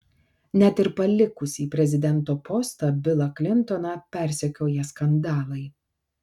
net ir palikusį prezidento postą bilą klintoną persekioja skandalai